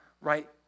right